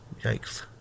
Yikes